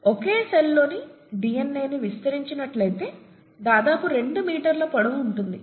ఒకే cell లోని DNA ని విస్తరించినట్లయితే దాదాపు 2 మీటర్ల పొడవు ఉంటుంది